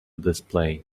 display